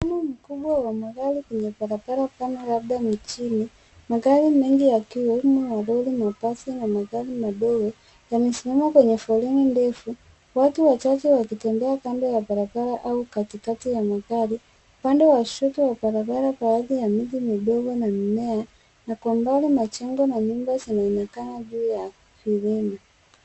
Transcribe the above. Msafara mkubwa wenye magari labda mjini. Magari tofauti yakiewemo mabasi na malori yamepanga foleni refu. Watu wachache wanaonekana kando ya barabara au katikati ya magari. Miti inaonekana kando ya barabara na kwa umbali majengo pia yaonekana.